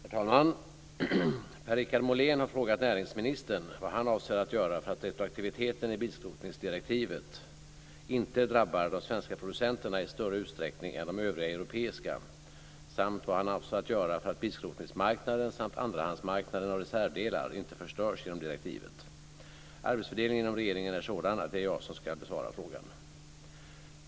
Herr talman! Per-Richard Molén har frågat näringsministern vad han avser att göra för att retroaktiviteten i bilskrotningsdirektivet inte drabbar de svenska producenterna i större utsträckning än de övriga europeiska samt vad han avser att göra för att bilskrotningsmarknaden samt andrahandsmarknaden av reservdelar inte förstörs genom direktivet. Arbetsfördelningen inom regeringen är sådan att det är jag som ska besvara frågan.